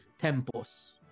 Tempos